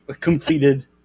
completed